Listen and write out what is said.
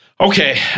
Okay